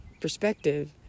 perspective